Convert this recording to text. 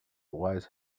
wise